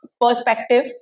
perspective